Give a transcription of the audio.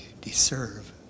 deserve